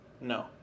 no